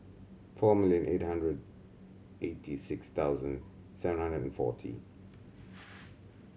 four million eight hundred eighty six thousand seven hundred and forty